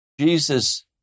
Jesus